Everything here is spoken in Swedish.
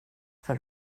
för